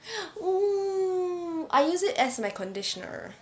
oo I use it as my conditioner